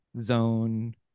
Zone